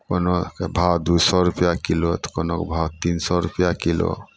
कोनोके भाव दुइ सौ रुपैआ किलो तऽ कोनोके भाव तीन सओ रुपैआ किलो